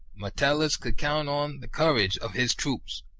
metellus could count on the courage of his troops,